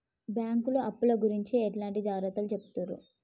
బ్యాంకులు అప్పుల గురించి ఎట్లాంటి జాగ్రత్తలు చెబుతరు?